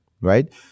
right